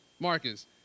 Marcus